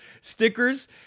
stickers